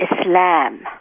Islam